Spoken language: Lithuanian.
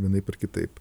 vienaip ar kitaip